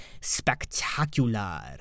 spectacular